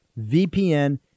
VPN